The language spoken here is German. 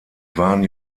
waren